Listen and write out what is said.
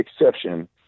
exception